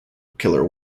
killer